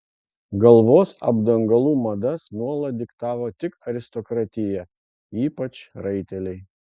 galvos apdangalų madas nuolat diktavo tik aristokratija ypač raiteliai